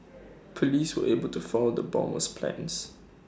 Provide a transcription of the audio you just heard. Police were able to foil the bomber's plans